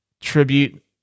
tribute